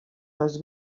les